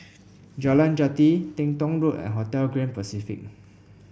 Jalan Jati Teng Tong Road and Hotel Grand Pacific